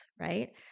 right